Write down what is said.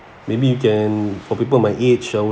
maybe you can for people at my age I would